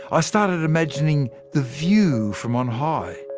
i started imagining the view from on high.